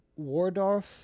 Wardorf